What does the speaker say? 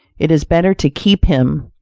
it is better to keep him,